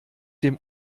dem